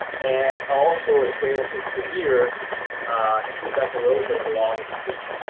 and also experiencing severe stream bank erosion along the creek.